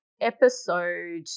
episode